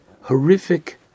horrific